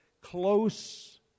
close